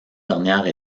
dernière